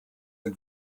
had